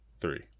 three